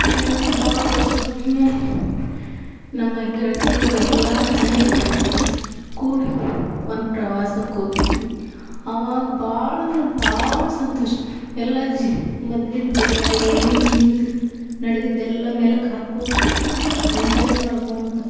ನನಗೆ ಭಾಳ ವರ್ಷದ ಮೇಲೆ ನಮ್ಮ ಗೆಳ್ತಿಯವ್ರು ಎಲ್ಲರೂ ಹಳೆಯ ಗೆಳತಿಯರು ಕೂಡಿ ಒಂದು ಪ್ರವಾಸಕ್ಕೆ ಹೋಗಿದ್ವಿ ಆವಾಗ ಭಾಳಂದ್ರೆ ಭಾಳ ಸಂತೋಷ ಎಲ್ಲಜ್ಜಿ ಮದ್ಲಿಂದ ಜಲ್ಲ ಏನೇನು ಜೀವ್ನ್ದ ನಡ್ದಿದ್ದೆಲ್ಲ ಮೆಲುಕು ಹಾಕೋತ ಎಂಜಾಯ್ ಮಾಡ್ಕೋತ